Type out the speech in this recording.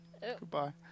Goodbye